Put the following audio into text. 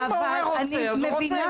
אם ההורה רוצה, אז הוא רוצה.